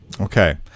Okay